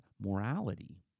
morality